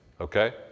okay